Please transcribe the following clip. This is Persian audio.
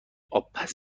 آبپز